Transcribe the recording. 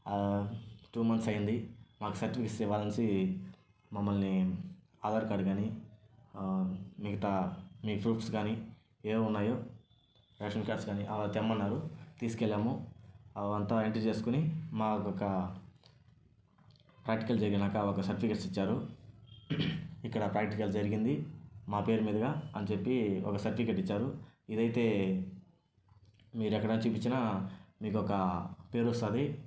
two months అయ్యింది మాకు certificates ఇవ్వాలి అనేసి మమ్మల్ని ఆధార్ కార్డ్ కానీ మిగతా మీ ప్రూఫ్స్ కానీ ఏవి ఉన్నాయో రేషన్ కార్డ్స్ కానీ అవి తెమ్మన్నారు తీసుకెళ్లాము అవి అంతా ఎంటర్ చేసుకొని మాకు ఒక ప్రాక్టికల్ జరిగినాక ఒక సర్టిఫికెట్ ఇచ్చినారు ఇక్కడ ప్రాక్టికల్ జరిగింది మా పేరు మీదుగా అని చెప్పి ఒక సర్టిఫికెట్ ఇచ్చారు ఇదైతే మీరు ఎక్కడ చూపించిన మీకు ఒక పేరు వస్తుంది